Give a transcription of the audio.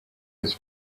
his